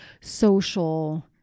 social